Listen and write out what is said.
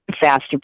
Faster